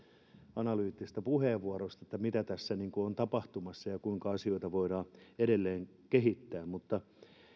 analyyttisestä puheenvuorosta siitä mitä tässä on tapahtumassa ja kuinka asioita voidaan edelleen kehittää